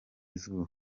izuba